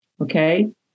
Okay